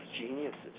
geniuses